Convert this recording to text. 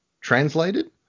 translated